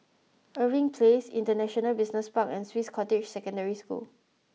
Irving Place International Business Park and Swiss Cottage Secondary School